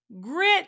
grit